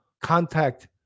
contact